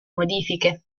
modifiche